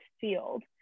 field